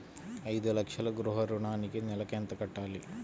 ఐదు లక్షల గృహ ఋణానికి నెలకి ఎంత కట్టాలి?